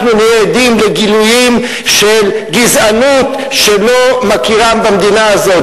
אנחנו נהיה עדים לגילויים של גזענות שלא מכירה במדינה הזאת.